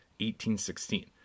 1816